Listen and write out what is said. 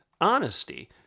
honesty